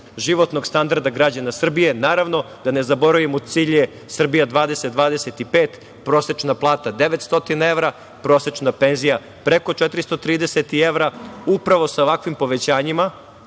životnog standarda građana Srbije. Naravno, da ne zaboravimo, cilj je „SRBIJA 2025“, prosečna plata 900 evra, prosečna penzija preko 430 evra. Upravo sa ovakvim povećanjima,